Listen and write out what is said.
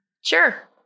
sure